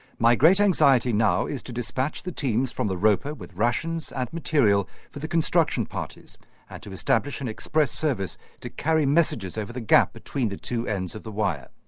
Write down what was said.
my great anxiety now is to dispatch the teams from the roper with rations and material for the construction parties and to establish an express service to carry messages over the gap between the two ends of the wire.